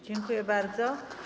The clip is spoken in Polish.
Dziękuję bardzo.